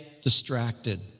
distracted